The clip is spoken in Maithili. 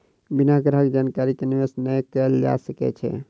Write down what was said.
बिना ग्राहक जानकारी के निवेश नै कयल जा सकै छै